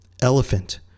elephant